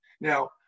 Now